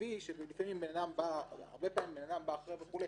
הביא שהרבה פעמים אדם בא אחרי וכו',